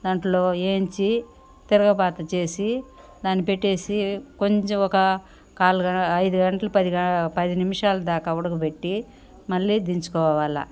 దాంట్లో వేయించి తిరగబాతచేసి దాన్ని పెట్టేసి కొంచెం ఒక కాలుగ ఐదు గంటలు పది గ పది నిమిషాలు దాకా ఉడకబెట్టి మళ్లీ దించుకోవాల